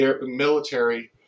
military